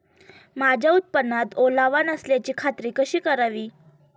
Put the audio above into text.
माझ्या उत्पादनात ओलावा नसल्याची खात्री कशी करावी?